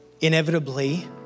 Inevitably